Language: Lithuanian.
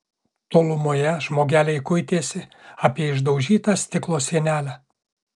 tolumoje žmogeliai kuitėsi apie išdaužytą stiklo sienelę